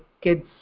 kids